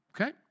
okay